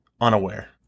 unaware